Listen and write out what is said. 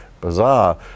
Bizarre